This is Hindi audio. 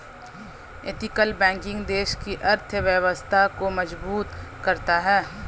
एथिकल बैंकिंग देश की अर्थव्यवस्था को मजबूत करता है